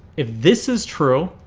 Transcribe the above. if this is true,